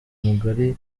mugari